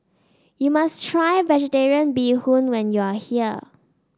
you must try vegetarian Bee Hoon when you are here